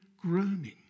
groaning